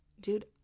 dude